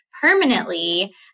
permanently